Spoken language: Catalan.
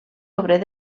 obrer